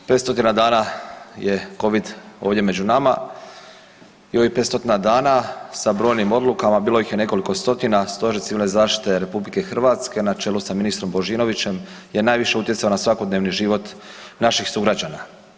500 dana je COVID ovdje među nama i ovih 500 dana sa brojnim odlukama, bilo ih je nekoliko stotina, Stožer civilne zaštite RH na čelu sa ministrom Božinovićem je najviše utjecao na svakodnevni život naših sugrađana.